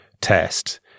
test